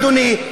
אדוני,